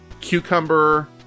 cucumber